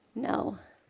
no.